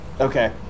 Okay